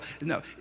No